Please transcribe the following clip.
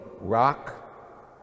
rock